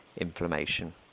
inflammation